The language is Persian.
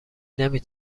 نمی